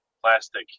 plastic